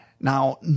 Now